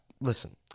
Listen